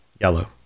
Yellow